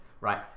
right